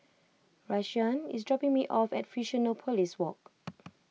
Rashaan is dropping me off at Fusionopolis Walk